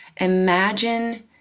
imagine